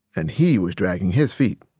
and he was dragging his feet.